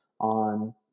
on